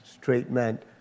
treatment